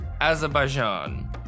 Azerbaijan